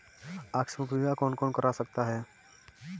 आकस्मिक बीमा कौन कौन करा सकता है?